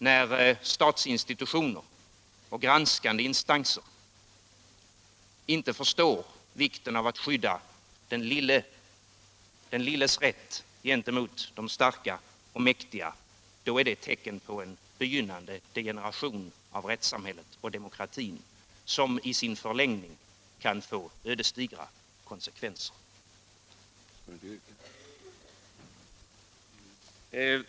När statsinstitutioner och granskande instanser inte förstår vikten av att skydda den lilles rätt gentemot de starka och mäktiga, då är det tecken på en begynnande degeneration av rättssamhället och demokratin, som i sin förlängning kan få ödesdigra konsekvenser.